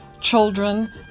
children